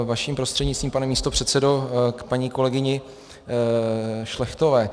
Vaším prostřednictvím pane místopředsedo k paní kolegyni Šlechtové.